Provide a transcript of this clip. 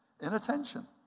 Inattention